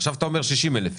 עכשיו אתה אומר 60,000 איש,